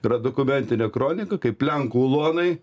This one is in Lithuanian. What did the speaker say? yra dokumentinė kronika kaip lenkų ulonai